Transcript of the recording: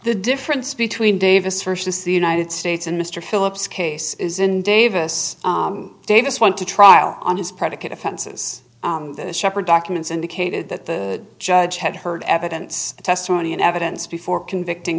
the difference between davis versus the united states and mr phillips case is in davis davis went to trial on his predicate offenses shepherd documents indicated that the judge had heard evidence testimony and evidence before convicting